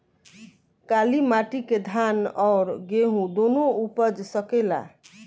काली माटी मे धान और गेंहू दुनो उपज सकेला?